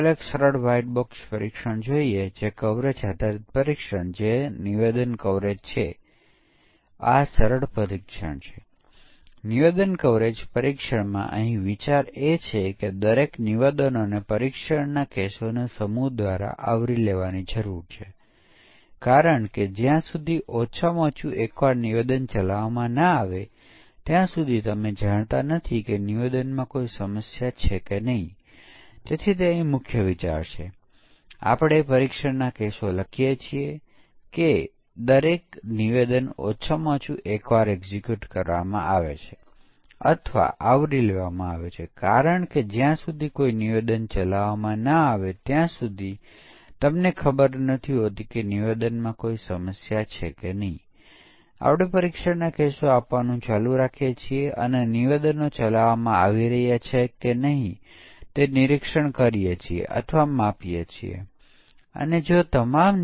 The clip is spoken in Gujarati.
તેથી ડેટા ડોમેનના તમામ એલિમેંટના સંદર્ભમાં પરીક્ષણ કરવું ખૂબ મુશ્કેલ હશે અને માત્ર એટલું જ નહીં યુનિટ બહુવિધ પરિમાણો લેશે અને દરેક પરિમાણમાં તેની ડેટા સ્પેસ હશે અને જ્યારે આપણે પરીક્ષણ કરીએ છીએ ત્યારે આપણે ફક્ત દરેક પરિમાણો દ્વારા લેવામાં આવતા ડેટા મૂલ્યોને ધ્યાનમાં લેવાનું રહેશે નહીં પણ આપણે વિવિધ પરિમાણોના વિવિધ સંયોજનો પણ તપાસવા પડશે